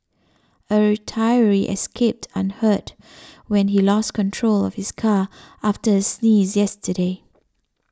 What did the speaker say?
a retiree escaped unhurt when he lost control of his car after a sneeze yesterday